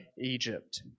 Egypt